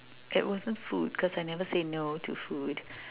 it wasn't food cause I never say no to food